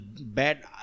bad